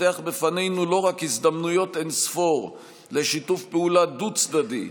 פותח בפנינו הזדמנויות אין-ספור לשיתוף פעולה דו-צדדי,